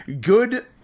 Good